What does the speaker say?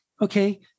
okay